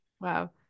Wow